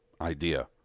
idea